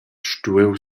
stuiu